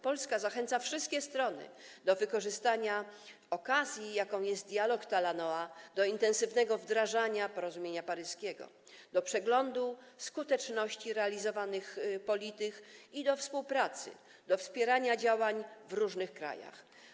Polska zachęca wszystkie strony do wykorzystania okazji, jaką jest Dialog Talanoa, do intensywnego wdrażania porozumienia paryskiego, do przeglądu skuteczności realizowanych polityk i do współpracy, wspierania działań w różnych krajach.